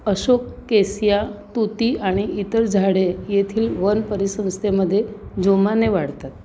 Ashok cassia तुती आणि इतर झाडे येथील वन परिसंस्थेमध्ये जोमाने वाढतात